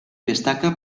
destaca